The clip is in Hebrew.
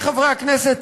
עמיתי חברי הכנסת,